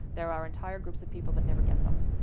there are entire groups of people that never get them.